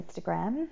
Instagram